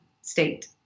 state